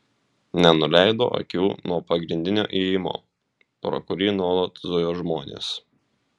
nenuleido akių nuo pagrindinio įėjimo pro kurį nuolat zujo žmonės